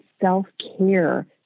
self-care